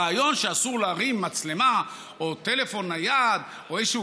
הרעיון שאסור להרים מצלמה או טלפון נייד או איזשהו